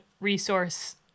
resource